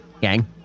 gang